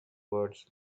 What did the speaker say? words